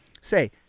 say